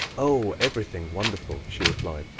oh, everything wonderful, she replied.